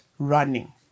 running